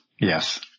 Yes